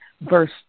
verse